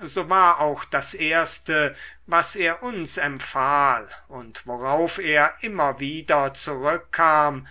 so war auch das erste was er uns empfahl und worauf er immer wieder zurückkam